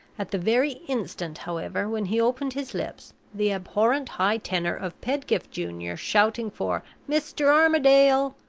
at the very instant, however, when he opened his lips, the abhorrent high tenor of pedgift junior, shouting for mr. armadale,